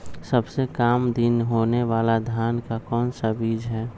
सबसे काम दिन होने वाला धान का कौन सा बीज हैँ?